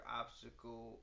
obstacle